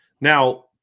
Now